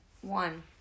One